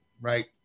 right